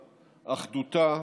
אחדותה,